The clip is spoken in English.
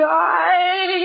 die